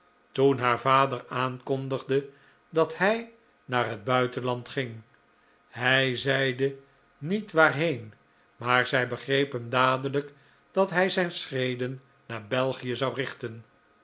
toen haar vader aankondigde dat hij naar het buitenland ging hij zeide niet waarheen maar zij begrepen dadelijk dat hij zijn schreden naar belgie zou richten